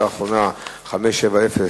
כמה חודשים הונחו על שולחנך המלצות ועדת-לוקסמבורג